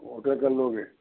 hotel कर लोगे